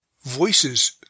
voices